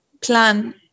plan